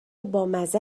بامزه